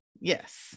Yes